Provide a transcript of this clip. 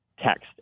text